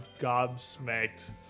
gobsmacked